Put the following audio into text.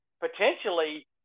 potentially